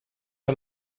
que